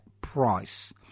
price